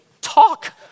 talk